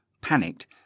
panicked